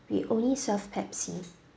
we only serve pepsi